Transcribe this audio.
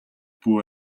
бүү